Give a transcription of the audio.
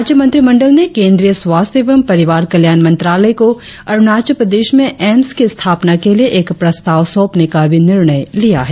राज्य मंत्रिमंडल ने केंद्रीय स्वास्थ्य एवं परिवार कल्याण मंत्रालय को अरुणाचल प्रदेश में एम्स की स्थापना के लिए एक प्रस्ताव सौंपने का भी निर्णय लिया है